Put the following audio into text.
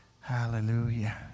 hallelujah